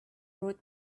route